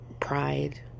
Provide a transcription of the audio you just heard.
pride